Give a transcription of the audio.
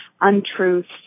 untruths